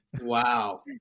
wow